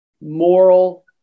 moral